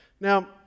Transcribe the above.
Now